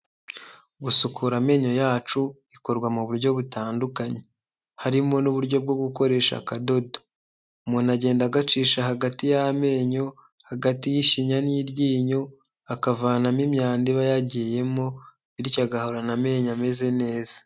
Gusukura amenyo yacu bikorwa mu buryo butandukanye harimo n'uburyo bwo gukoresha akadodo, umuntu agenda agacisha hagati y'amenyo, hagati y'ishinya n'iryinyo akavanamo imyanda iba yagiyemo bityo agahorana amenyo ameze neza.